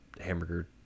hamburger